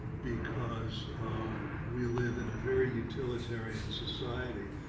because we live in a very utilitarian society.